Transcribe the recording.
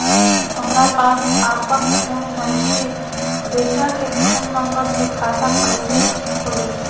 हमरा पास आपन फोन नईखे बेटा के फोन नंबर से खाता कइसे खुली?